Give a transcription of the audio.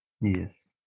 Yes